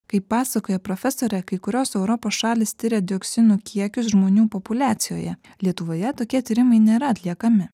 kaip pasakoja profesorė kai kurios europos šalys tiria dioksinų kiekius žmonių populiacijoje lietuvoje tokie tyrimai nėra atliekami